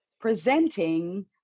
presenting